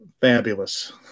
fabulous